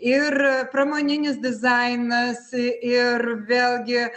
ir pramoninis dizainas ir vėlgi